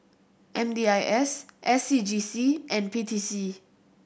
M D I S S C G C and P T C